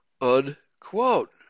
unquote